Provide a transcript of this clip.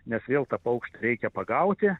nes vėl tą paukštį reikia pagauti